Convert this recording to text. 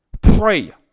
Pray